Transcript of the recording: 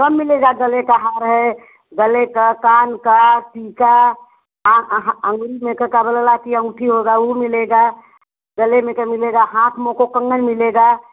सब मिलेगा गले का हार है गले का कान का टीका अंगूरी में का का बोलाला की अँगूठी होगा वो मिलेगा गले में का मिलेगा हाथ मोको कंगन मिलेगा